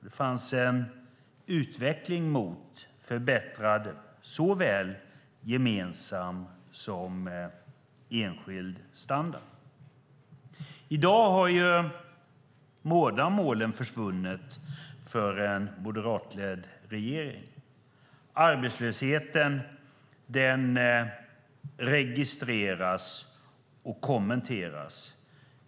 Det fanns en utveckling mot förbättrad såväl gemensam som enskild standard. I dag har båda målen försvunnit för en moderatledd regering. Arbetslösheten registreras och kommenteras.